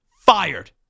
fired